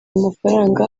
amafaranga